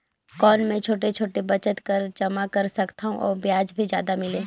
कौन मै छोटे छोटे बचत कर जमा कर सकथव अउ ब्याज भी जादा मिले?